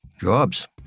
jobs